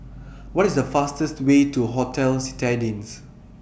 What IS The fastest Way to Hotel Citadines